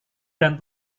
dan